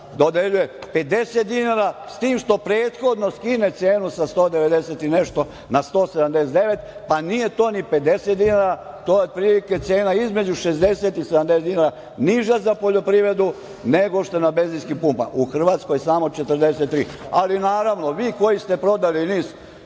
dodeljuje 50 dinara, s tim što prethodno skine cenu sa 190 i nešto na 179, pa nije to ni 50 dinara, to je otprilike cena između 60 i 70 dinara niža za poljoprivredu nego što je na benzinskim pumpama. U Hrvatskoj samo 43.Naravno, vi koji ste prodali NIS